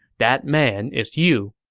that man is you.